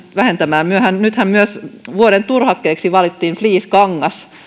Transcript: vähentämään nythän myös vuoden turhakkeeksi valittiin fleecekangas